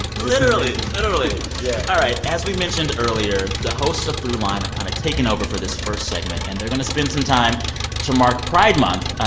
literally, literally yeah all right, as we mentioned earlier, the hosts of throughline have kind of taken over for this first segment. and they're going to spend some time to mark pride month.